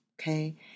okay